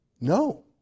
no